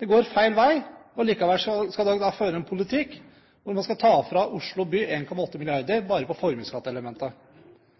Det går feil vei. Likevel vil de føre en politikk hvor man tar 1,8 mrd. kr fra Oslo by bare på